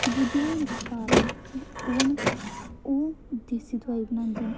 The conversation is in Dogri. बूजी दे रिश्तेदार न ओह् न देसी दोआई बनांदे न